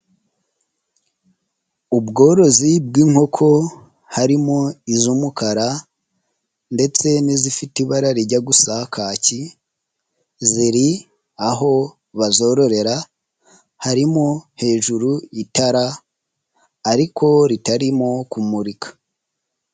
Ubworozi bw'inkoko harimo iz'umukara ndetse n'izifite ibara rijya gusa kaki, ziri aho bazororera harimo hejuru y'itarara ariko ritarimo kumurika.